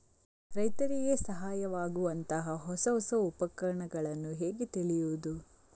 ರೈತರಿಗೆ ಸಹಾಯವಾಗುವಂತಹ ಹೊಸ ಹೊಸ ಉಪಕರಣಗಳನ್ನು ಹೇಗೆ ತಿಳಿಯುವುದು?